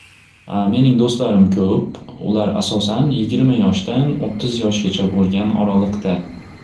Mening do'stlarim ko'p ular asosan yigirma yoshdan o'ttiz yoshgacha bo'lgan oraliqda.